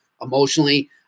emotionally